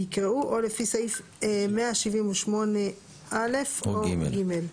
יקראו "או לפי סעיף 178(א) או (ג)".